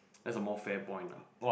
that's a more fair point lah